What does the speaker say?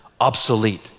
obsolete